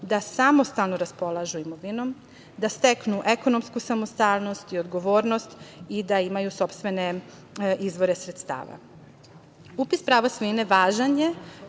da samostalno raspolažu imovinom, da steknu ekonomsku samostalnost i odgovornost i da imaju sopstvene izvore sredstava. Upis prava svojine važan je